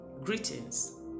Greetings